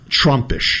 Trumpish